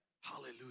Hallelujah